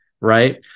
right